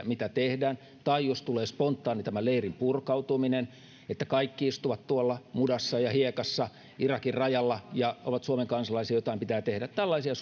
mitä tehdään tai jos tulee spontaani leirin purkautuminen että kaikki istuvat tuolla mudassa ja hiekassa irakin rajalla ja ovat suomen kansalaisia ja jotain pitää tehdä tällaisia